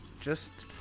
just.